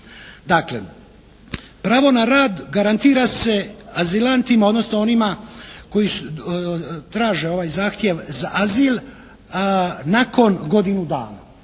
Dakle pravo na rad garantira se azilantima, odnosno onima koji traže ovaj zahtjev za azil nakon godinu dana.